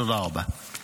תודה רבה.